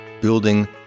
building